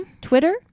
Twitter